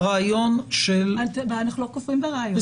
הרעיון --- אנחנו לא כופרים ברעיון.